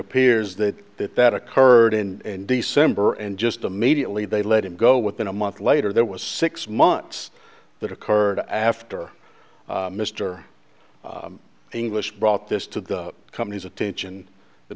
appears that that that occurred in december and just immediately they let him go within a month later there was six months that occurred after mister english brought this to the company's attention th